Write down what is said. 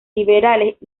liberales